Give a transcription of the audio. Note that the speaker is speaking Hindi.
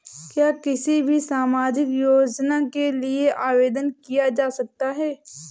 क्या किसी भी सामाजिक योजना के लिए आवेदन किया जा सकता है?